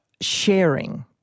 sharing